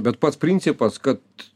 bet pats principas kad